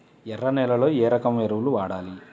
ఎర్ర నేలలో ఏ రకం ఎరువులు వాడాలి?